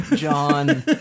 John